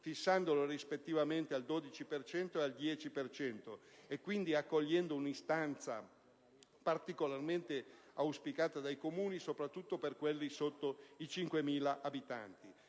fissandolo rispettivamente al 12 per cento e al 10 per cento e, quindi, accogliendo una istanza particolarmente auspicata dai Comuni, soprattutto per quelli sotto i 5.000 abitanti.